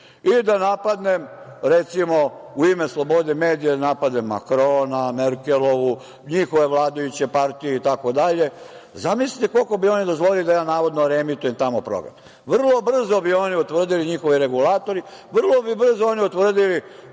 i da napadnem, recimo, u ime slobode medija da napadnem Makrona, Merkelovu, njihove vladajuće partije itd. Zamislite, koliko bi oni dozvolili da ja, navodno, reemitujem tamo program. Vrlo brzo bi oni utvrdili, njihovi regulatori, vrlo bi brzo oni utvrdili